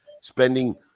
spending